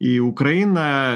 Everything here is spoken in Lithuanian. į ukrainą